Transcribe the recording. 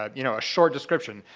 um you know, a short description,